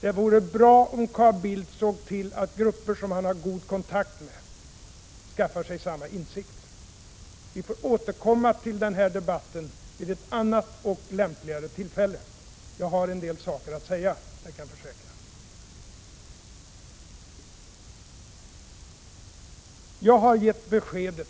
Det vore bra om Carl Bildt såg till att grupper som han har god kontakt med skaffar sig samma insikt. Vi får återkomma till den debatten vid ett annat och lämpligare tillfälle — jag har en del saker att säga, det kan jag försäkra. Jag har gett besked, både